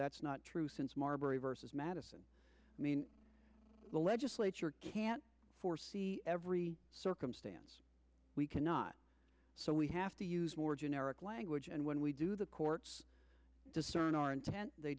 that's not true since marbury vs madison i mean the legislature can't foresee every circumstance we cannot so we have to use more generic language and when we do the courts discern our intent they